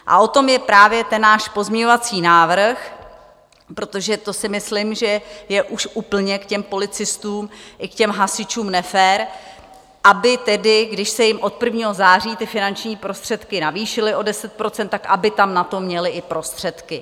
A o tom je právě ten náš pozměňovací návrh, protože to si myslím, že je už úplně k těm policistům i k těm hasičům nefér, aby tedy když se jim od 1. září ty finanční prostředky navýšily o 10 %, tak aby tam na to měli i prostředky.